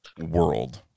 world